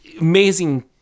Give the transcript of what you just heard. amazing